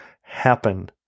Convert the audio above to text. happen